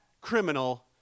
criminal